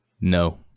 No